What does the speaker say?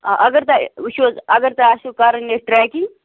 آ اگر تۄہہِ وُچھِو حظ اگر تۄہہِ آسٮ۪و کَرٕنۍ ییٚتہِ ٹرٛیکِنٛگ